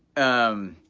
um,